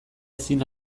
ezin